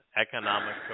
Economic